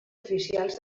oficials